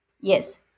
Yes